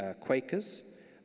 Quakers